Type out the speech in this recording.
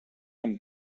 amb